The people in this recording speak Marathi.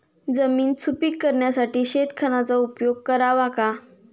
जमीन सुपीक करण्यासाठी शेणखताचा उपयोग करावा का?